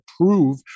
prove